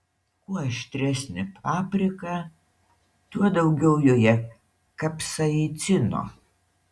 kuo aštresnė paprika tuo daugiau joje kapsaicino